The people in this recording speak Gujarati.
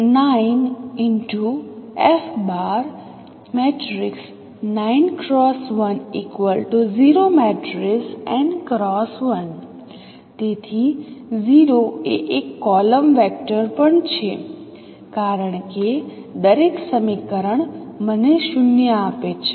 તેથી તેથી 0 એ એક કોલમ વેક્ટર પણ છે કારણ કે દરેક સમીકરણ મને 0 આપે છે